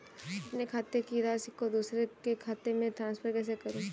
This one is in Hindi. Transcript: अपने खाते की राशि को दूसरे के खाते में ट्रांसफर कैसे करूँ?